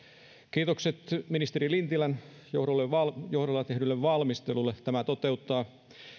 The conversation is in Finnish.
kiitokset ministeri lintilän johdolla johdolla tehdylle valmistelulle tämä toteuttaa